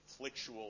conflictual